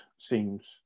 seems